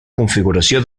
configuració